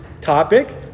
topic